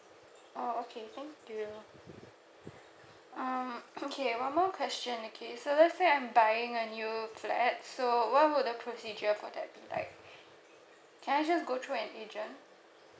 oh okay thank you um okay one more question okay so let's say I'm buying a new flat so what would the procedure for that be like can I just go through an agent